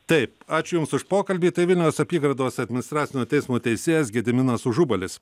taip ačiū jums už pokalbį tai vilniaus apygardos administracinio teismo teisėjas gediminas užubalis